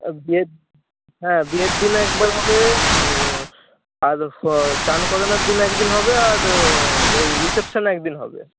বিয়ের হ্যাঁ বিয়ের দিনে একবার হবে আর স্নান করানোর দিনে একদিন হবে আর ওই রিসেপশানে একদিন হবে